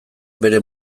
bere